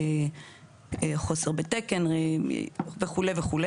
חוסר בתקן וכו',